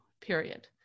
Period